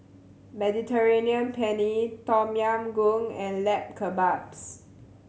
Mediterranean Penne Tom Yam Goong and Lamb Kebabs